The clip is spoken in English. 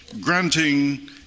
granting